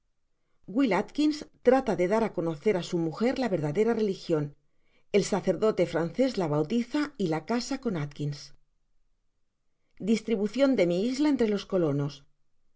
at kins trata de dar á conocer á su mujer la verdadera religion el sacerdote frances la bautiza y la casa con atkins distribucion de mi isla entre los colonos